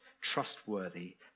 trustworthy